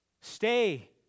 Stay